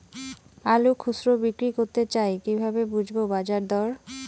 আলু খুচরো বিক্রি করতে চাই কিভাবে বুঝবো বাজার দর?